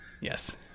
Yes